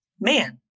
Man